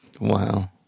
Wow